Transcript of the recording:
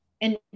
and-